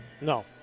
No